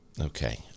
Okay